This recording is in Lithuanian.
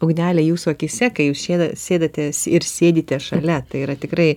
ugnelę jūsų akyse kai jūs sėdatės ir sėdite šalia tai yra tikrai